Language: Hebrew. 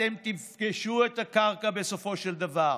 אתם תפגשו את הקרקע בסופו של דבר.